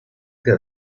que